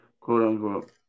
Quote-unquote